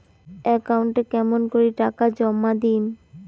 একাউন্টে কেমন করি টাকা জমা দিম?